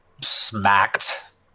smacked